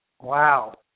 Wow